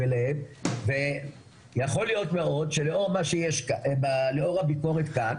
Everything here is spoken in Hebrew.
אליהן ויכול מאד להיות שלאור הביקורת כאן,